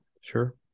sure